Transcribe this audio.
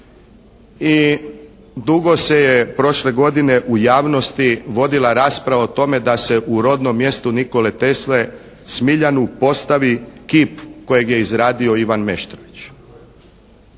i dugo se je prošle godine u javnosti vodila rasprava o tome da se u rodnom mjestu Nikole Tesle, Smiljanu, postavi kip kojeg je izradio Ivan Meštrović.